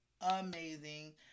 amazing